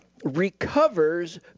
recovers